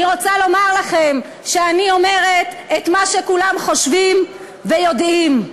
אני רוצה לומר לכם שאני אומרת את מה שכולם חושבים ויודעים.